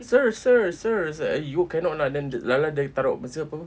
sir sir sir I said you cannot lah then last last dia taruh apa itu